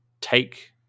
take